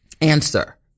answer